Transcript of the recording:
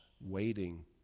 waiting